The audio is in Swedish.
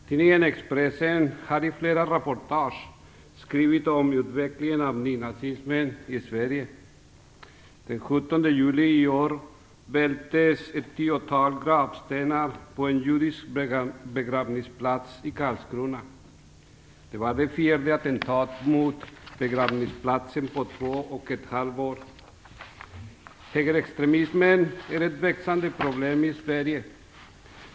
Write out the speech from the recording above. Tidningen Expressen har i flera reportage skrivit om utvecklingen av nynazismen i Sverige. Den 17 juli i år vältes ett tiotal gravstenar på en judisk begravningsplats i Karlskrona. Det var det fjärde attentatet mot begravningsplatsen på två och ett halvt år. "Högerextremismen är ett växande problem i Sverige.